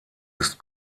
ist